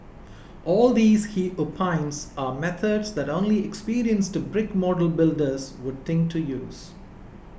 all these he opines are methods that only experienced to brick model builders would think to use